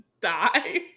die